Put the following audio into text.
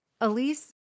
Elise